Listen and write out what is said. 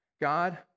God